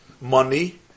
Money